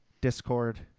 Discord